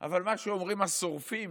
אבל מה שאומרים השורפים: